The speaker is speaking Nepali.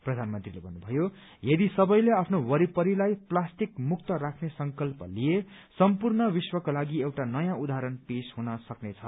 प्रधानमन्त्रीले भन्नुभयो यदि सबैले आफ्नो वरिपरिलाई प्लास्टिक मुक्त राख्ने संकल्प लिए सम्पूर्ण विश्वको लागि एउटा नयाँ उदाहरण पेश हुन सक्नेछ